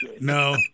no